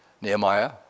Nehemiah